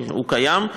אבל הוא קיים,